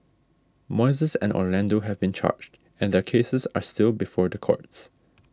moises and Orlando have been charged and their cases are still before the courts